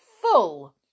full